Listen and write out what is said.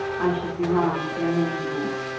i should be wrong to remain here.